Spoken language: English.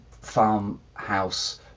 farmhouse